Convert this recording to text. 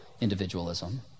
individualism